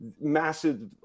massive